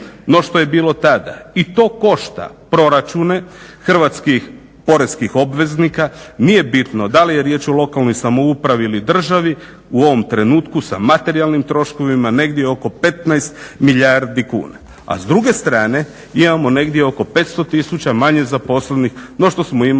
no što je bilo tada. I to košta proračune hrvatskih poreznih obveznika. Nije bitno da li je riječ o lokalnoj samoupravi ili državi, u ovom trenutku sa materijalnim troškovima negdje oko 15 milijardi kuna. A s druge strane imamo negdje oko 500 tisuća manje zaposlenih nego što smo imali